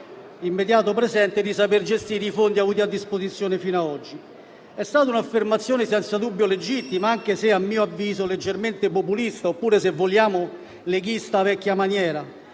dell'immediato presente di saper gestire i fondi avuti a disposizione finora. È stata un'affermazione senza dubbio legittima, anche se, a mio avviso, leggermente populista oppure - se vogliamo - leghista alla vecchia maniera.